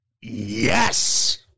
yes